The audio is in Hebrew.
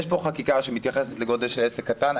יש פה חקיקה שמתייחסת לגודל של עסק קטן,